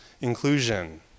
inclusion